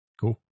Cool